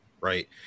right